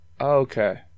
Okay